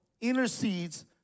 intercedes